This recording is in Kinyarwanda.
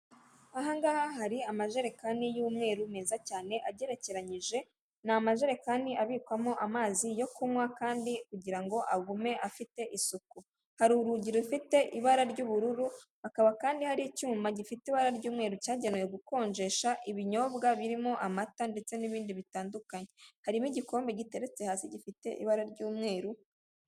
Ahangaha hari amajerekani y'umweru meza cyane agerekeranyije, ni amajerekani abikwamo amazi yo kunywa kandi kugira ngo agume afite isuku, hari urugi rufite ibara ry'ubururu, hakaba kandi hari icyuma gifite ibara ry'umweru cyagenewe gukonjesha ibinyobwa birimo amata ndetse n'ibindi bitandukanye harimo igikombe giteretse hasi gifite ibara ry'umweru.